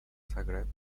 zagreb